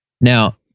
now